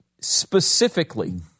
specifically